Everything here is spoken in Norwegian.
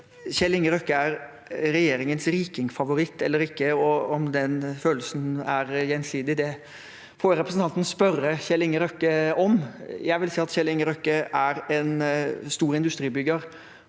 Kjell Inge Røkke er regjeringens riking-favoritt eller ikke, og om den følelsen er gjensidig, får representanten spørre Kjell Inge Røkke om. Jeg vil si at Kjell Inge Røkke er en stor industribygger